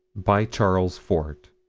by charles fort